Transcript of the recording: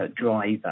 driver